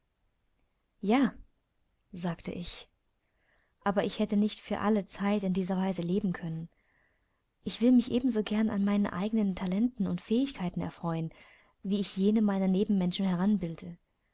ja sagte ich aber ich hätte nicht für alle zeit in dieser weise leben können ich will mich ebenso gern an meinen eigenen talenten und fähigkeiten erfreuen wie ich jene meiner nebenmenschen